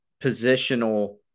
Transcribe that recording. positional